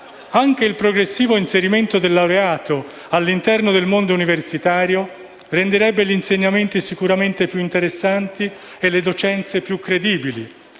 Anche il progressivo inserimento del laureato all'interno del mondo universitario renderebbe gli insegnamenti sicuramente più interessanti e le docenze più credibili.